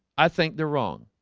i think they're wrong